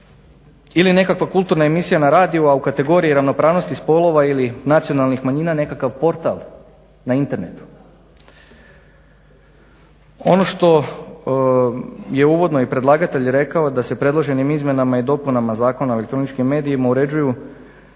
ili nekakva kulturna emisija na radiju, a u kategoriji ravnopravnosti spolova ili nacionalnih manjina nekakav portal na internetu. Ono što je uvodno i predlagatelj rekao da se predloženim izmjenama i dopunama Zakona o elektroničkim medijima uređuju